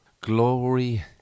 Glory